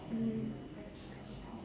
mm